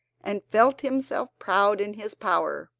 and felt himself proud in his power.